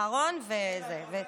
אחרון וזהו.